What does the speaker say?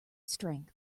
strength